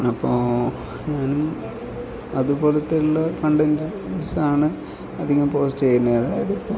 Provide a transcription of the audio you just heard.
അപ്പോൾ ഞാൻ അതുപോലെത്തെ ഉള്ള കണ്ടൻസ് ആണ് അധികം പോസ്റ്റ് ചെയ്യുന്നത് അത് അതിപ്പോൾ